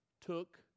took